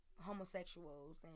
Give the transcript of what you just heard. homosexuals